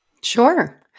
Sure